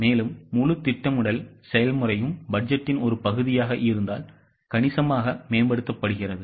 எனவே முழு திட்டமிடல் செயல்முறையும் பட்ஜெட்டின் ஒரு பகுதியாக இருந்தால் கணிசமாக மேம்படுத்தப்படுகிறது